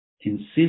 insist